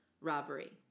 robbery